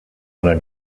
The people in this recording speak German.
einer